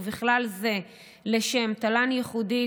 ובכלל זה לשם תל"ן ייחודי,